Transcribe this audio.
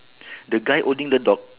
the guy holding a dog